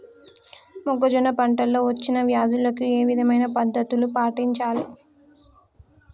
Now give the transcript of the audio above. మొక్కజొన్న పంట లో వచ్చిన వ్యాధులకి ఏ విధమైన పద్ధతులు పాటించాలి?